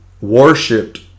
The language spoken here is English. worshipped